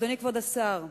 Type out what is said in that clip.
אדוני כבוד השר,